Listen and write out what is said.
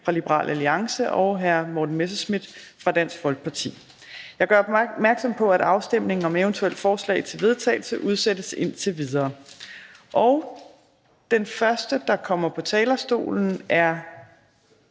Kl. 18:24 Fjerde næstformand (Trine Torp): Jeg gør opmærksom på, at afstemning om eventuelle forslag til vedtagelse udsættes indtil videre. Den første, der kommer på talerstolen, er